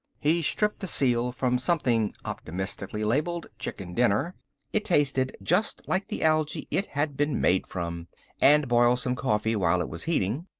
he stripped the seal from something optimistically labeled chicken dinner it tasted just like the algae it had been made from and boiled some coffee while it was heating.